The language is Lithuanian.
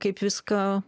kaip visko